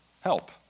help